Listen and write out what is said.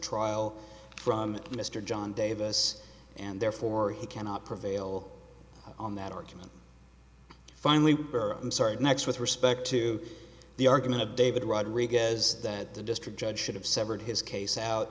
trial from mr john davis and therefore he cannot prevail on that argument finally i'm sorry next with respect to the argument of david rodriguez that the district judge should have severed his case out